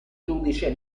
giudice